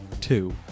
Two